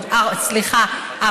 סליחה,